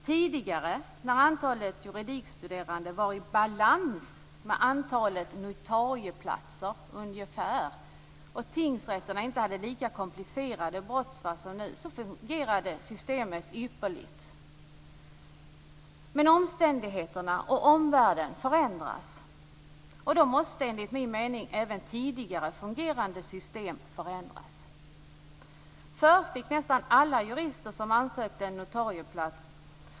Tidigare, när antalet juridikstuderande var i ungefär balans med antalet notarieplatser och tingsrätterna inte hade lika komplicerade brottsfall som nu, fungerade systemet ypperligt. Men omständigheterna och omvärlden förändras. Då måste, enligt min mening, även tidigare fungerande system förändras. Förr fick nästan alla jurister som ansökte om det en notarieplats.